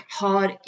har